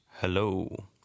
Hello